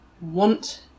want